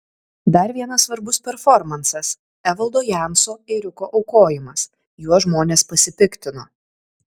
dar vienas svarbus performansas evaldo janso ėriuko aukojimas juo žmonės pasipiktino